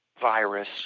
virus